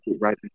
right